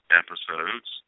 episodes